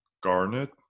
Garnet